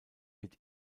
wird